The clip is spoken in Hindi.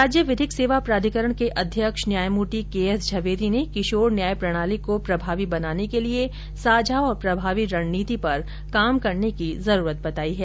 राज्य विधिक सेवा प्राधिकरण के अध्यक्ष न्यायमूर्ति के एस झवेरी ने किशोर न्याय प्रणाली को प्रभावी बनाने के लिए साझा और प्रभावी रणनीति पर कार्य करने की जरूरत बताई हैं